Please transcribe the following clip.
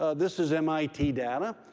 ah this is mit data,